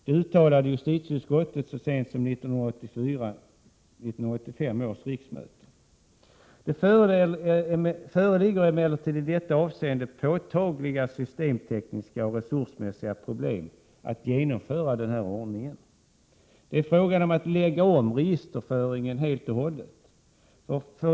Detta uttalade justitieutskottets så sent som under riksmötet 1984/85. Det föreligger emellertid i detta avseende påtagliga systemtekniska och resursmässiga problem att genomföra denna ordning. Man måste i så fall lägga om registerföringen helt och hållet.